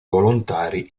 volontari